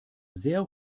sehr